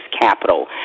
capital